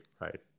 right